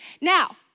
Now